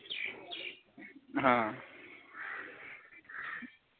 आं